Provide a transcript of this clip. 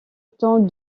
temps